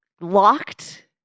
locked